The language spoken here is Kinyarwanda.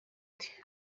ati